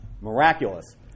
miraculous